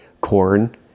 corn